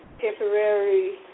Temporary